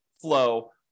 flow